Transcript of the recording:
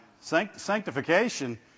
Sanctification